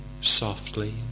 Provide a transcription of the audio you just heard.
softly